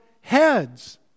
heads